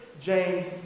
James